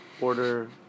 order